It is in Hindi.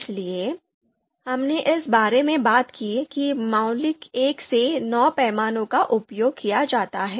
इसलिए हमने इस बारे में बात की कि मौलिक 1 से 9 पैमाने का उपयोग किया जाता है